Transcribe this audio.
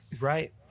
Right